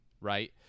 right